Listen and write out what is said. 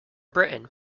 britain